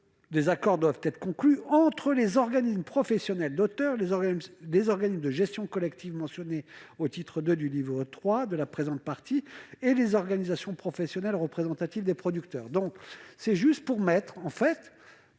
les accords doivent être conclus « entre les organismes professionnels d'auteurs, les organismes de gestion collective mentionnés au titre II du livre III de la présente partie [et] les organisations professionnelles représentatives des producteurs ». Cet amendement